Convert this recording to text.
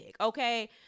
okay